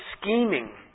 scheming